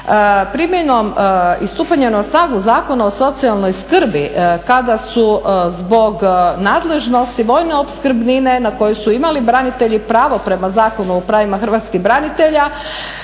primjenom i stupanjem na snagu Zakona o socijalnoj skrbi kada su zbog nadležnosti vojne opskrbnine na koje su imali branitelji pravo prema Zakonu o pravima Hrvatskih branitelja